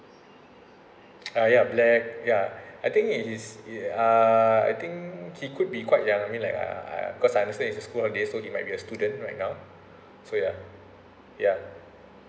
ah ya black ya I think he is uh I think he could be quite young I mean like uh uh because I understand it's a school holiday so he might be a student right now so ya ya